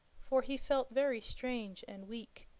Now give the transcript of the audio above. for he felt very strange and weak,